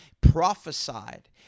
prophesied